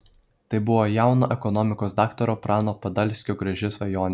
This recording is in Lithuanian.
tai buvo jauno ekonomikos daktaro prano padalskio graži svajonė